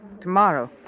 Tomorrow